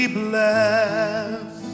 bless